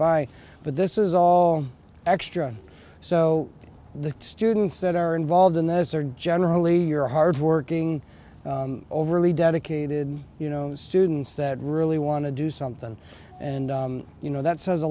by but this is all extra so the students that are involved in this are generally your hard work being overly dedicated you know students that really want to do something and you know that says a